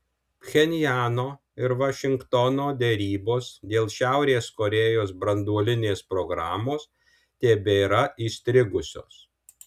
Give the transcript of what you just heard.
pchenjano ir vašingtono derybos dėl šiaurės korėjos branduolinės programos tebėra įstrigusios